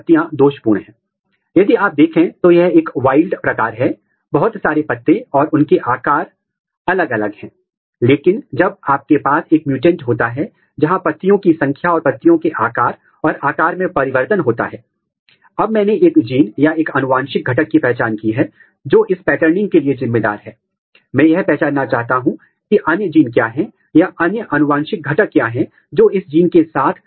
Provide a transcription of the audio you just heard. तो दो संभावनाएं हैं यदि आप एक प्रोटीन का पता लगाना चाहते हैं जिसके खिलाफ आपके पास पहले से ही एंटीबॉडी है तो आप उस एंटीबॉडी का उपयोग कर सकते हैं यदि आपके पास किसी विशेष प्रोटीन के हित में एंटीबॉडी नहीं है तो आप अपने प्रोटीन को कुछ टैग के साथ टैग कर सकते हैं